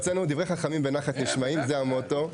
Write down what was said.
אצלנו דברי חכמה בנחת נשמעים, זה המוטו.